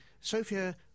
Sophia